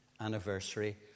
anniversary